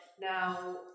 Now